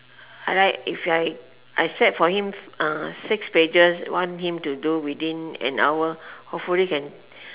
I like if I set for him uh six pages want him to do within an hour hopefully can